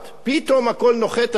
הכול נוחת עלינו,